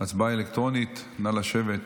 הצבעה אלקטרונית, נא לשבת.